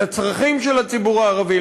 לצרכים של הציבור הערבי,